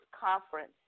conference